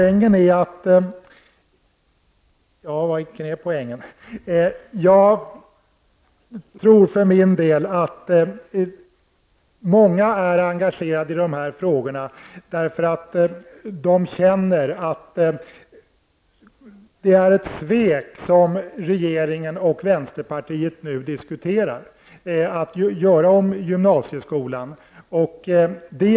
Jag tror för min del att många är engagerade i dessa frågor, eftersom de känner att regeringens och vänsterpartiets diskussioner om förändringar av gymnasieskolan innebär ett svek.